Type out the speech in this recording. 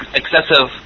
excessive